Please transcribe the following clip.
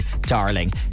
Darling